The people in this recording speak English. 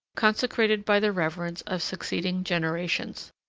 consecrated by the reverence of succeeding generations.